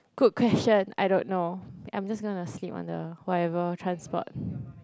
good question I don't know I'm just gonna sleep on the whatever transport